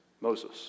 Moses